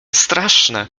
straszne